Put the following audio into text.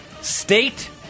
state